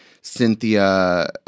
Cynthia